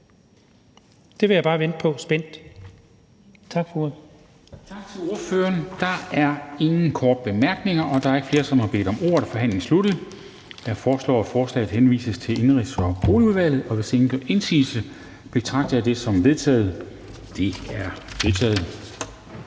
Det vil jeg bare vente spændt på. Tak for ordet.